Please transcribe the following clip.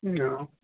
نا